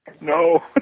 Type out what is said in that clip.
No